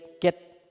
get